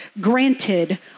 granted